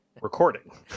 Recording